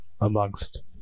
amongst